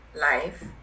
life